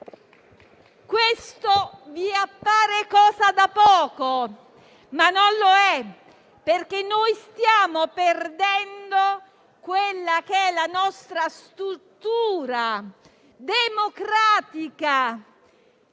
Questa vi appare cosa da poco ma non lo è, perché stiamo perdendo la nostra struttura democratica